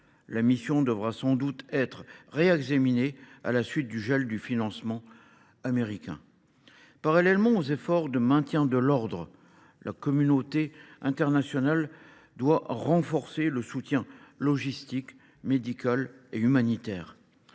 même devra sans doute être réexaminé après le gel du financement américain. Parallèlement aux efforts de maintien de l’ordre, la communauté internationale devra renforcer le soutien logistique, médical et humanitaire,